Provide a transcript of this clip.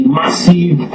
massive